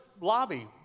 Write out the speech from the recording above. lobby